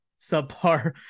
subpar